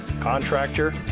contractor